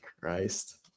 Christ